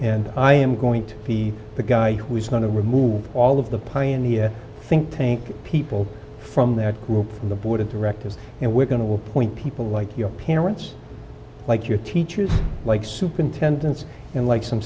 and i am going to be the guy who is going to remove all of the pioneer think tank people from their group from the board of directors and we're going to appoint people like your parents like your teachers like superintendents and like some